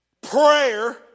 Prayer